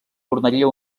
tornaria